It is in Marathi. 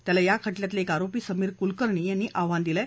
त्याला या खटल्यातले एक आरोपी समीर कुलकर्णी यांनी आव्हान दिलं आहे